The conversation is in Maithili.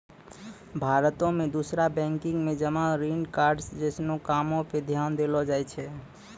भारतो मे खुदरा बैंकिंग मे जमा ऋण कार्ड्स जैसनो कामो पे ध्यान देलो जाय छै